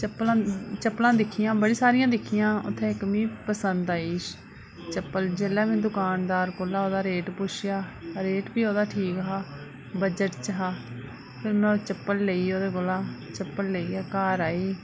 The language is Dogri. चप्पलां दिक्खियां बड़ी सारी दिक्खियां उत्थें इक्क मिगी पसंद आई चप्पल जेल्लै में दुकानदार कोला रेट पुच्छेआ रेट बी ओह्दा ठीक हा बजट च हा में चप्पल लेई नुहाड़े कोला चप्पल लेइयै बाहर आई